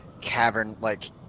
cavern-like